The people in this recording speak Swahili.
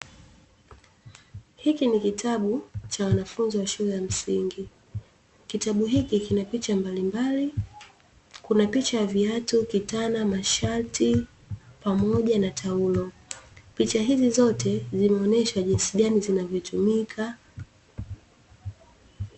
Hiki ni kitabu cha wanafunzi wa shule ya msingi, kitabu hiki kina picha mbalimbali, kuna picha ya viatu, kitana, mashati, pamoja na taulo. Picha hizi zote zinaonesha jinsi gani zinavyotumika.